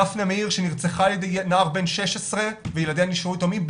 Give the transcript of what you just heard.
דפנה מאיר שנרצחה על ידי נער בן 16 וילדיה נשארו יתומים,